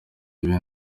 ibi